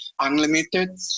unlimited